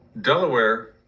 Delaware